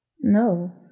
No